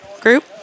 group